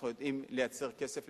אנחנו יודעים לייצר כסף,